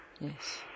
Yes